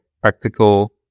practical